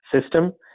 system